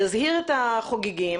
יזהיר את החוגגים,